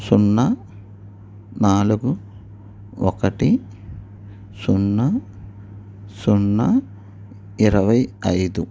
సున్నా నాలుగు ఒకటి సున్నా సున్నా ఇరవై ఐదు